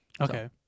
okay